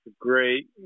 Great